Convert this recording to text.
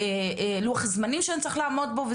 לוח זמנים שאני צריך לעמוד בו.